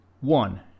One